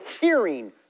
hearing